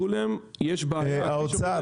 בסולם יש --- האוצר,